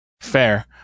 Fair